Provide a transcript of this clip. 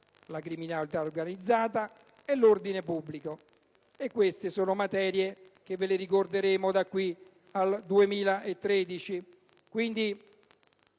la criminalità organizzata e l'ordine pubblico, queste sono materie che vi ricorderemo da qui al 2013.